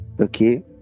Okay